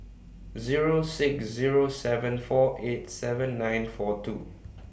Zero six Zero seven four eight seven nine four two